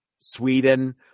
sweden